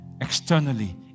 externally